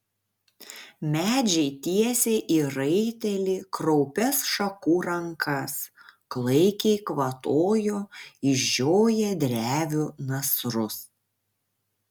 medžiai tiesė į raitelį kraupias šakų rankas klaikiai kvatojo išžioję drevių nasrus